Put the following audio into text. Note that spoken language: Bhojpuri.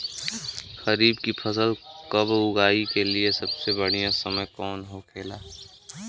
खरीफ की फसल कब उगाई के लिए सबसे बढ़ियां समय कौन हो खेला?